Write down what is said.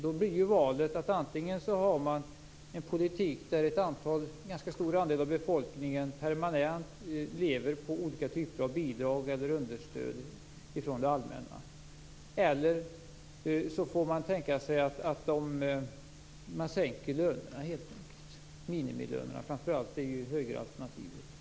Då står valet mellan att man antingen har en politik där en ganska stor andel av befolkningen permanent lever på olika typer av bidrag eller understöd från det allmänna eller att man helt enkelt får tänka sig att sänka lönerna, framför allt minimilönerna. Det är ju högeralternativet.